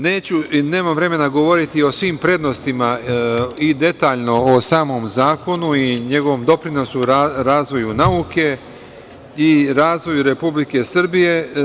Nemam vremena govoriti o svim prednostima i detaljno o samom zakonu i njegovom doprinosu razvoju nauke i razvoju Republike Srbije.